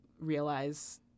realize